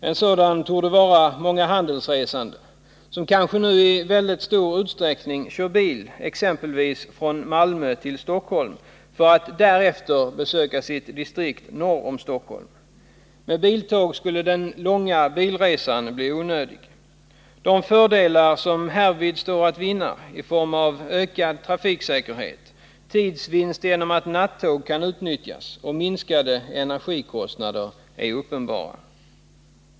En sådan torde vara handelsresande, som nu i mycket stor utsträckning kanske kör bil från exempelvis Malmö till Stockholm för att därefter besöka sitt distrikt norr om Stockholm. Med ett biltåg skulle den långa bilresan bli onödig. De fördelar som här står att vinna i form av en förbättring av trafiksäkerheten, tidsvinst genom att nattåg kan utnyttjas och en minskning av energikostnaderna är uppenbara.